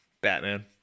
Batman